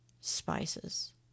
spices